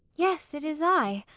yes, it is i.